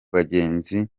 bagenzi